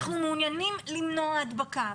אנחנו מעוניינים למנוע הדבקה,